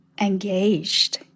engaged